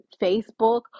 Facebook